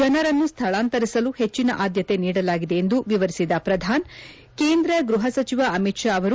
ಜನರನ್ನು ಸ್ವಳಾಂತರಿಸಲು ಹೆಚ್ಚನ ಆದ್ದತೆ ನೀಡಲಾಗಿದೆ ಎಂದು ವಿವರಿಸಿದ ಪ್ರಧಾನ್ ಕೇಂದ್ರ ಗೃಹ ಸಚಿವ ಅಮಿತ್ ತಾ ಅವರು